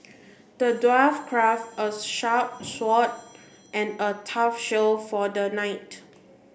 the dwarf craft a sharp sword and a tough shield for the knight